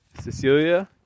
Cecilia